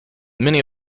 many